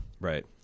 Right